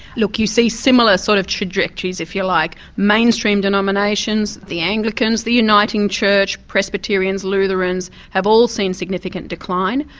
look you see similar sort of trajectories if you like, mainstream denominations, the anglicans, the uniting church, presbyterians, lutherans, have all seen significant decline.